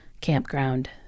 campground